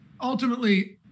ultimately –